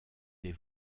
des